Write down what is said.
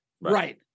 Right